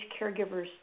caregivers